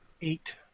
Eight